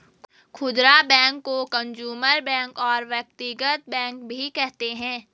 खुदरा बैंक को consumer bank और व्यक्तिगत बैंक भी कहते हैं